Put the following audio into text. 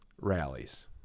rallies